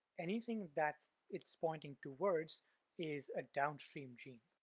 anything that it's pointing towards is a downstream gene.